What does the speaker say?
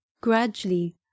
gradually